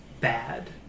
bad